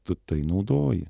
tu tai naudoji